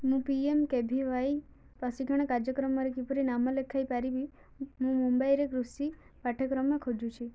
ମୁଁ P M K V Y ପ୍ରଶିକ୍ଷଣ କାର୍ଯ୍ୟକ୍ରମରେ କିପରି ନାମ ଲେଖାଇ ପାରିବି ମୁଁ ମୁମ୍ବାଇରେ କୃଷି ପାଠ୍ୟକ୍ରମ ଖୋଜୁଛି